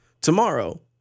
tomorrow